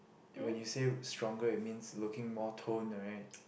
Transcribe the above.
when you say stronger it means looking more toned right